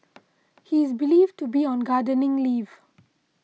he is believed to be on gardening leave